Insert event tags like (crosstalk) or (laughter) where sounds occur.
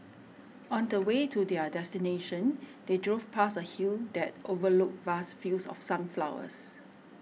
(noise) on the way to their destination they drove past a hill that overlooked vast fields of sunflowers